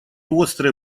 острые